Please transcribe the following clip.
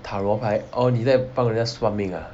塔罗牌 orh 你在帮人家算命 ah